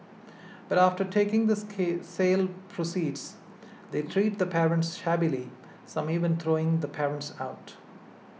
but after taking the sale proceeds they treat the parents shabbily some even throwing the parents out